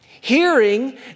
hearing